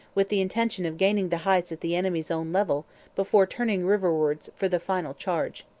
with the intention of gaining the heights at the enemy's own level before turning riverwards for the final charge.